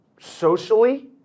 socially